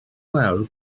lawr